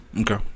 Okay